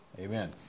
Amen